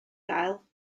gael